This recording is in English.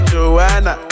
Joanna